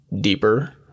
deeper